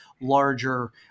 larger